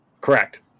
Correct